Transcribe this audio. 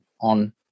on